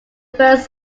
first